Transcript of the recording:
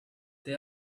they